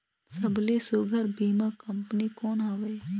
सबले सुघ्घर बीमा कंपनी कोन हवे?